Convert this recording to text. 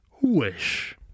wish